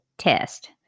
test